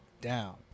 down